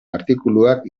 artikuluak